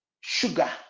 sugar